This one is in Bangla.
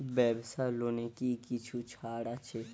ব্যাবসার লোনে কি কিছু ছাড় আছে?